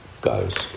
goes